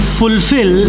fulfill